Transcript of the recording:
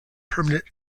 permanent